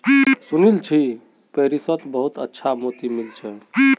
सुनील छि पेरिसत बहुत अच्छा मोति मिल छेक